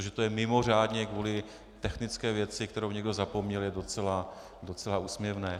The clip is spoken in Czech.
Je to mimořádně kvůli technické věci, kterou někdo zapomněl, je to docela úsměvné.